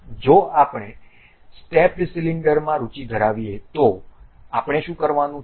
જો આપણે સ્ટેપ્ડ સિલિન્ડરમાં રુચિ ધરાવીએ તો આપણે શું કરવાનું છે